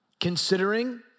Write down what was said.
considering